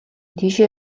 тийшээ